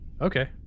Okay